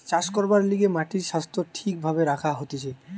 চাষ করবার লিগে মাটির স্বাস্থ্য ঠিক ভাবে রাখা হতিছে